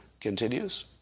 continues